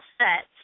sets